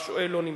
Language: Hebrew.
השואל לא נמצא.